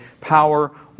power